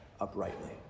uprightly